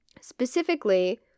specifically